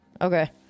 Okay